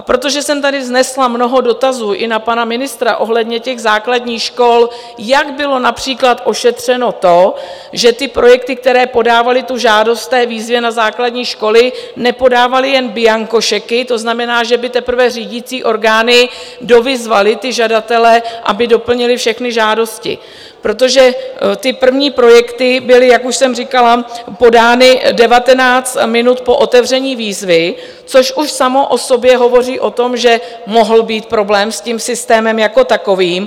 Protože jsem tady vznesla mnoho dotazů i na pana ministra ohledně základních škol, jak bylo například ošetřeno to, že projekty, které podávaly žádost v té výzvě na základní školy, nepodávaly jen bianko šeky, to znamená, že by teprve řídící orgány dovyzvaly žadatele, aby doplnili všechny žádosti, protože první projekty byly, jak už jsem říkala, podány 19 minut po otevření výzvy, což už samo o sobě hovoří o tom, že mohl být problém s tím systémem jako takovým.